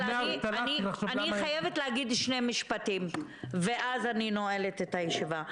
אני חייבת להגיד שני משפטים ואז אנעל את הישיבה.